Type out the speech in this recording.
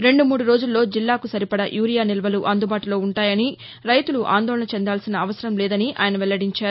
రెండు మూడు రోజుల్లో జిల్లాకు సరిపడా యూరియా నిల్వలు అందుబాటులో ఉంటాయని రైతులు ఆందోళన చెందాల్సిన అవసరంలేదని మంతి వెల్లడించారు